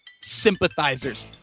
sympathizers